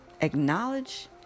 acknowledge